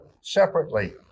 separately